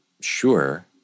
sure